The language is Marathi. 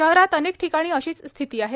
शहरात अनेक ठिकाणी अशीच स्थिती आहे